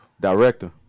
Director